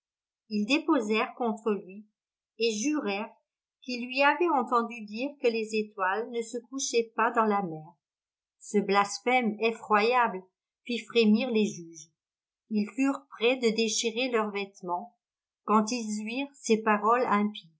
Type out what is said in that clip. ils déposèrent contre lui et jurèrent qu'ils lui avaient entendu dire que les étoiles ne se couchaient pas dans la mer ce blasphème effroyable fit frémir les juges ils furent prêts de déchirer leurs vêtements quand ils ouïrent ces paroles